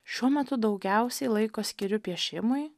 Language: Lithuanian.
šiuo metu daugiausiai laiko skiriu piešimui